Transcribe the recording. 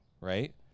right